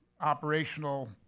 operational